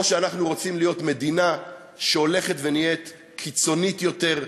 או שאנחנו רוצים להיות מדינה שהולכת ונהיית קיצונית יותר,